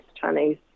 Chinese